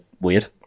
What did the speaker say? weird